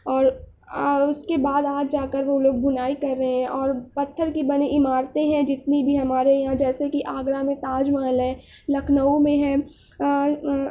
اور اس کے بعد آج جا کر وہ لوگ بُنائی کر رہے ہیں اور پتھر کی بنی عمارتیں ہیں جتنی بھی ہمارے یہاں جیسے کہ آگرہ میں تاج محل ہے لکھنؤ میں ہے اور